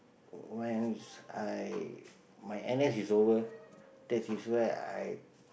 when I my n_s is over that is where I